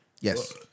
Yes